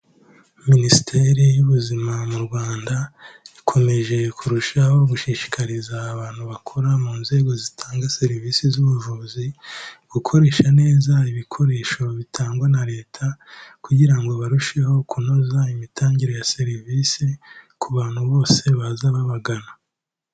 Minisiteri y'Ubuzima mu Rwanda, ikomeje kurushaho gushishikariza abantu bakora mu nzego zitanga serivisi z'ubuvuzi, gukoresha neza ibikoresho bitangwa na Leta kugira ngo barusheho kunoza imitangire ya serivisi, ku bantu bose baza babagana.